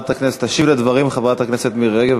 תשיב על הדברים חברת הכנסת מירי רגב.